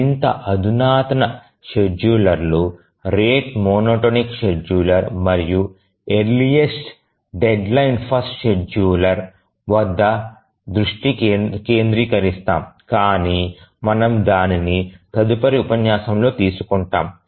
మరింత అధునాతన షెడ్యూలర్లు రేటు మోనోటోనిక్ షెడ్యూలర్ మరియు ఎర్లీస్ట్ డెడ్లైన్ ఫస్ట్ షెడ్యూలర్ వద్ద దృష్టి కేంద్రీకరిస్తాము కాని మనము దానిని తదుపరి ఉపన్యాసంలో తీసుకుంటాము